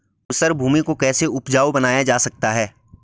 ऊसर भूमि को कैसे उपजाऊ बनाया जा सकता है?